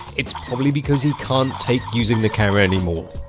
it's probably because he can't take using the camera anymore